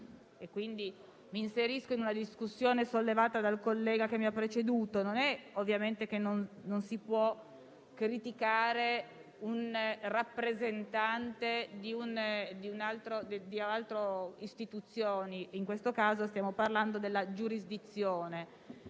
inserendomi in una discussione sollevata dal collega che mi ha preceduto, che ovviamente non è che non si possa criticare il rappresentante di un'altra istituzione (in questo caso stiamo parlando della giurisdizione),